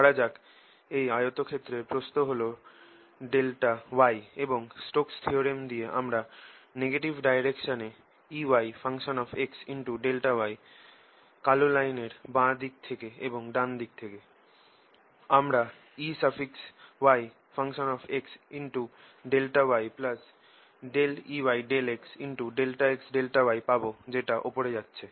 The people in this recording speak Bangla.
ধরা যাক এই আয়তক্ষেত্রের প্রস্থ হল ∆y এবং স্টোকস থিওরেম দিয়ে আমরা নেগেটিভ ডাইরেকশনে Eyx∆y কালো লাইনের বাঁ দিক থেকে এবং ডান দিকে আমরা Eyx∆y Eyx∆x∆y পাবো যেটা ওপরে যাচ্ছে